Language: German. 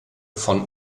von